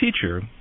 teacher